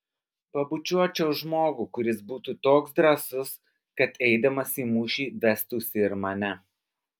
pabučiuočiau žmogų kuris būtų toks drąsus kad eidamas į mūšį vestųsi ir mane